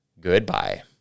Goodbye